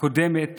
הקודמת